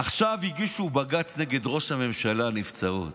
עכשיו הגישו בג"ץ נגד ראש הממשלה על נבצרות.